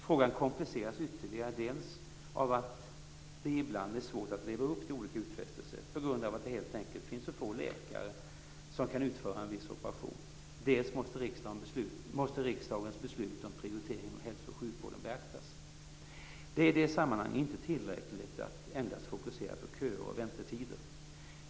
Frågan kompliceras ytterligare dels av att det ibland är svårt att leva upp till olika utfästelser på grund av att det helt enkelt finns för få läkare som kan utföra en viss operation, dels av att riksdagens beslut om prioriteringar inom hälso och sjukvården måste beaktas. Det är i det sammanhanget inte tillräckligt att endast fokusera på köer och väntetider.